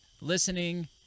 listening